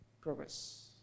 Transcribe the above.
Progress